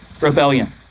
rebellion